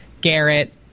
Garrett